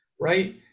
right